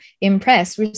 impress